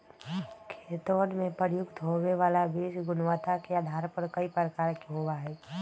खेतवन में प्रयुक्त होवे वाला बीज गुणवत्ता के आधार पर कई प्रकार के होवा हई